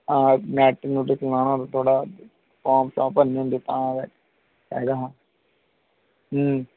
हां नेट नुट चलाना होंदा थोह्ड़ा फार्म शार्म भरने होंदे तां गे चाहिदा हा हूं